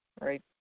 right